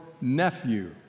nephew